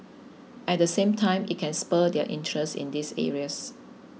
at the same time it can spur their interest in these areas